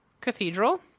cathedral